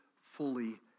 fully